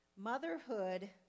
Motherhood